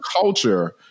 culture